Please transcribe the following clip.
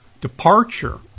departure